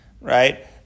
right